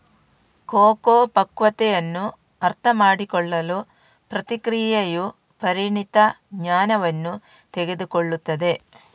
cocoa ಪಕ್ವತೆಯನ್ನು ಅರ್ಥಮಾಡಿಕೊಳ್ಳಲು ಪ್ರಕ್ರಿಯೆಯು ಪರಿಣಿತ ಜ್ಞಾನವನ್ನು ತೆಗೆದುಕೊಳ್ಳುತ್ತದೆ